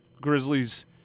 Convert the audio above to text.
Grizzlies